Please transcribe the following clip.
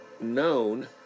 known